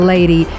Lady